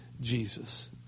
Jesus